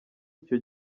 icyo